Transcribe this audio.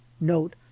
Note